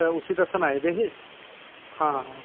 ते उसी दस्सन आए दे हे हां हां